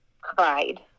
cried